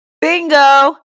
bingo